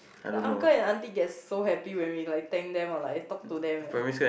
the uncle and aunty gets so happy when we like thank them or talk to them